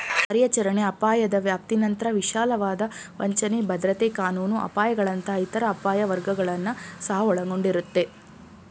ಕಾರ್ಯಾಚರಣೆ ಅಪಾಯದ ವ್ಯಾಪ್ತಿನಂತ್ರ ವಿಶಾಲವಾದ ವಂಚನೆ, ಭದ್ರತೆ ಕಾನೂನು ಅಪಾಯಗಳಂತಹ ಇತರ ಅಪಾಯ ವರ್ಗಗಳನ್ನ ಸಹ ಒಳಗೊಂಡಿರುತ್ತೆ